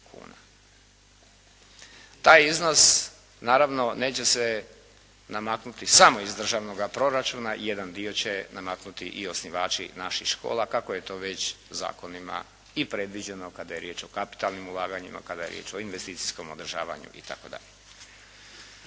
Taj iznos naravno neće se namaknuti samo iz državnoga proračuna, jedan dio će namaknuti i osnivači naših škola kako je to već zakonima i predviđeno kada je riječ o kapitalnim ulaganjima, kada je riječ o investicijskom održavanju itd.